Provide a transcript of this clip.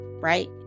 right